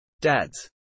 Dads